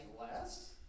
less